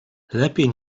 lepiej